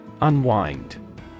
Unwind